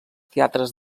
teatres